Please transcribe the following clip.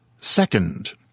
Second